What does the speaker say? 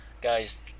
guy's